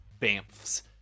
bamf's